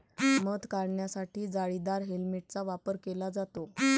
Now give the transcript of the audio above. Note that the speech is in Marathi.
मध काढण्यासाठी जाळीदार हेल्मेटचा वापर केला जातो